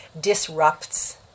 disrupts